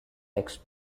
text